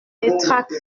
pétrarque